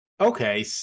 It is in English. Okay